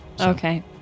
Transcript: Okay